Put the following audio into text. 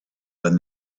when